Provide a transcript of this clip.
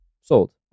sold